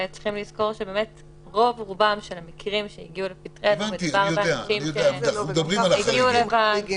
צריך לזכור שרוב רובם של המקרים שהגיעו לפתחנו הם אנשים שהגיעו לבד.